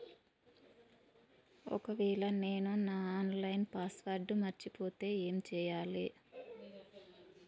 ఒకవేళ నేను నా ఆన్ లైన్ పాస్వర్డ్ మర్చిపోతే ఏం చేయాలే?